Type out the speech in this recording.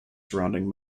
surrounding